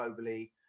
globally